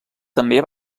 també